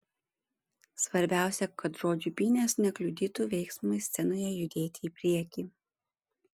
svarbiausia kad žodžių pynės nekliudytų veiksmui scenoje judėti į priekį